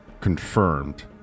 confirmed